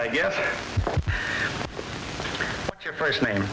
i guess your first name